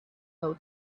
low